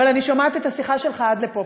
אבל אני שומעת את השיחה שלך עד לפה,